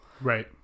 Right